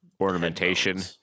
ornamentation